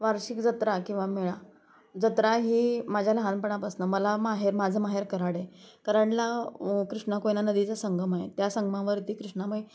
वार्षिक जत्रा किंवा मेळा जत्रा ही माझ्या लहानपणापासूनं मला माहेर माझं माहेर कराड आहे कराडला कृष्णा कोयना नदीचां संगम आहे त्या संगमावरती कृष्णामाई